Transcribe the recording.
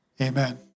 amen